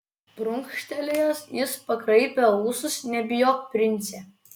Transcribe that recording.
prunkštelėjęs jis pakraipė ūsus nebijok prince